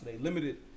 Limited